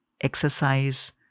exercise